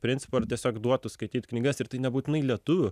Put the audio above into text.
principą ir tiesiog duotų skaityt knygas ir tai nebūtinai lietuvių